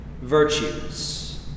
virtues